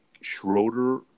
Schroeder